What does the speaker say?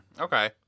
okay